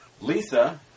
Lisa